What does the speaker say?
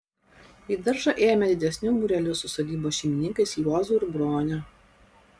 į daržą ėjome didesniu būreliu su sodybos šeimininkais juozu ir brone